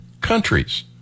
countries